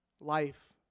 life